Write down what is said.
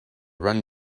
run